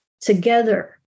together